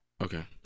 Okay